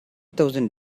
thousand